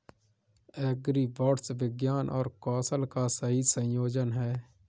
agribots विज्ञान और कौशल का सही संयोजन हैं